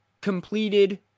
completed